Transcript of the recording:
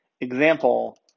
example